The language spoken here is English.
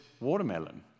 watermelon